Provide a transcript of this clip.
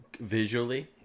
visually